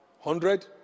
hundred